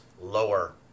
lower